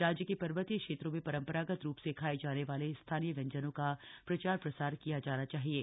राज्य के पर्वतीय क्षेत्रों में परम्परागत रूप से खाये जाने वाले स्थानीय व्यंजनों का प्रचार प्रसार किया जाना चाहिये